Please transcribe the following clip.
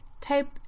type